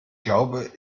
glaube